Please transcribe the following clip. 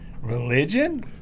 Religion